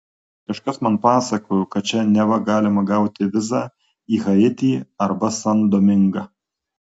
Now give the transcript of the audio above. kažkas man pasakojo kad čia neva galima gauti vizą į haitį arba san domingą